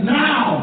now